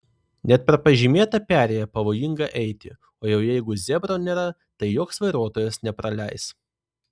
net per pažymėtą perėją pavojinga eiti o jau jeigu zebro nėra tai joks vairuotojas nepraleis